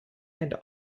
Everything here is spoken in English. and